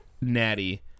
Natty